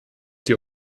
die